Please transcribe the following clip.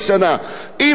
לא 35 שנה,